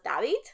David